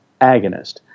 agonist